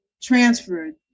transferred